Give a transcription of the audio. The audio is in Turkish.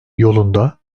yolunda